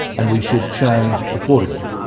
and we should change accordingly.